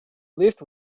lift